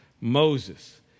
Moses